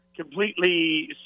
completely